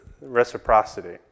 reciprocity